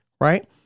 right